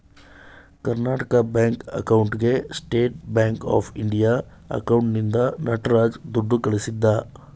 Karnataka bank ಅಕೌಂಟ್ಗೆ state bank of India ಅಕೌಂಟ್ನಿಂದ ನಟರಾಜ ದುಡ್ಡು ಕಳಿಸಿದ